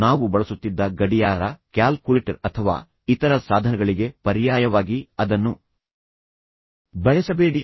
ನಾವು ಬಳಸುತ್ತಿದ್ದ ಗಡಿಯಾರ ಕ್ಯಾಲ್ಕುಲೇಟರ್ ಅಥವಾ ಇತರ ಸಾಧನಗಳಿಗೆ ಪರ್ಯಾಯವಾಗಿ ಅದನ್ನು ಬಳಸಬೇಡಿ